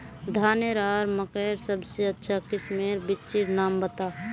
धानेर आर मकई सबसे अच्छा किस्मेर बिच्चिर नाम बता?